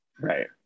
Right